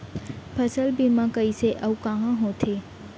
फसल बीमा कइसे अऊ कहाँ होथे?